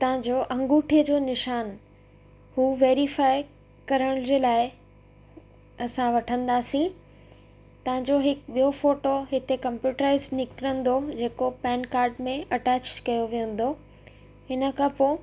तव्हांजो अगूंठे जो निशानु हू वेरिफ़ाई करण जे लाइ असां वठंदासीं तव्हांजो हिकु ॿियो फ़ोटो हिते कंप्यूटराइज़ निकिरंदो जेको पैन कार्ड में अटैच कयो वेंदो हिन खां पोइ